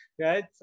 right